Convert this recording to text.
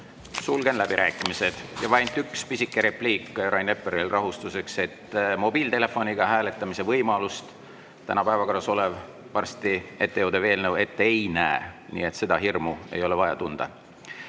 Sulgen läbirääkimised. Vaid üks pisike repliik Rain Epleri rahustuseks: mobiiltelefoniga hääletamise võimalust täna päevakorras olev, varsti ette[kandele] jõudev eelnõu ette ei näe. Nii et seda hirmu ei ole vaja tunda.